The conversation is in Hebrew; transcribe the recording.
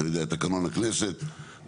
תקנון הכנסת,